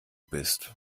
bist